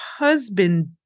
husband